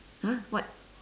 !huh! what